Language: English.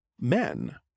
men